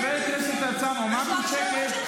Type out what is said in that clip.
סליחה, חבר הכנסת הרצנו, אמרתי שקט.